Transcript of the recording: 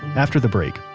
after the break,